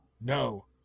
No